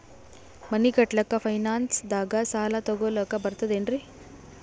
ಮನಿ ಕಟ್ಲಕ್ಕ ಫೈನಾನ್ಸ್ ದಾಗ ಸಾಲ ತೊಗೊಲಕ ಬರ್ತದೇನ್ರಿ?